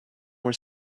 were